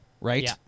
right